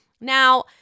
Now